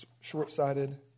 short-sighted